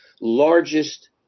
largest